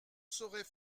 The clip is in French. saurait